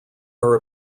are